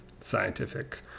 scientific